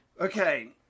Okay